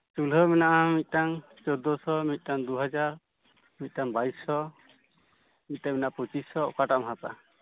ᱪᱩᱞᱦᱟᱹ ᱢᱮᱱᱟᱜᱼᱟ ᱟᱱ ᱢᱤᱫᱴᱟᱝ ᱪᱳᱫᱫᱳ ᱥᱚ ᱢᱤᱫᱴᱟᱝ ᱫᱩ ᱦᱟᱡᱟᱨ ᱢᱤᱫᱴᱟᱝ ᱵᱟᱭᱤᱥ ᱥᱚ ᱢᱤᱫᱴᱟᱝ ᱢᱮᱱᱟᱜᱼᱟ ᱯᱚᱸᱪᱤᱥ ᱥᱚ ᱚᱠᱟᱴᱟᱜ ᱮᱢ ᱦᱟᱛᱟᱣᱟ